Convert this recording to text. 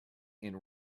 and